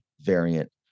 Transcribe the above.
variant